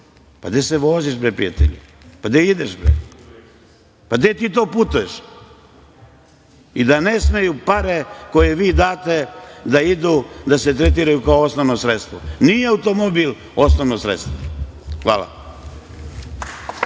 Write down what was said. Gde se voziš, bre, prijatelju? Gde ideš? Gde ti to putuješ? Ne smeju pare koje vi date da se tretiraju kao osnovno sredstvo. Nije automobil osnovno sredstvo. Hvala.